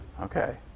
Okay